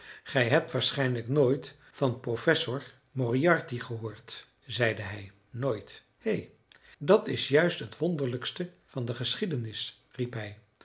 gij hebt waarschijnlijk nooit van professor moriarty gehoord zeide hij nooit illustratie twee van zijn knokkels waren gewond en bloedden hé dat is juist het wonderlijkste van de geschiedenis riep hij